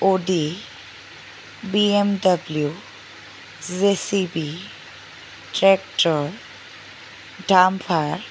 Audi BMW JCB tractor dumper